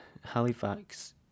Halifax